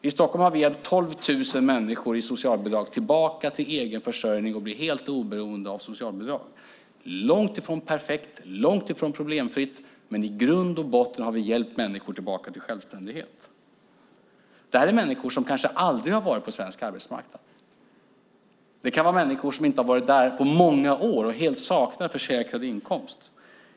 I Stockholm har vi hjälpt 12 000 människor i socialbidrag tillbaka till egen försörjning och till att bli helt oberoende av socialbidrag. Det har varit långt ifrån perfekt och långt ifrån problemfritt, men i grund och botten har vi hjälpt människor tillbaka till självständighet. Detta är människor som kanske aldrig har varit på svensk arbetsmarknad. Det kan vara människor som inte har varit där på många år och som helt saknar försäkrad inkomst.